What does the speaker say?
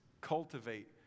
Cultivate